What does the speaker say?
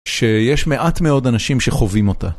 שיש מעט מאוד אנשים שחווים אותה.